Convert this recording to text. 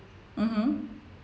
mmhmm